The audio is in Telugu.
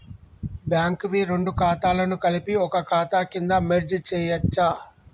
బ్యాంక్ వి రెండు ఖాతాలను కలిపి ఒక ఖాతా కింద మెర్జ్ చేయచ్చా?